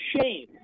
shame